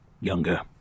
younger